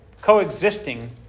coexisting